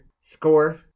score